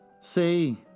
See